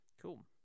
Cool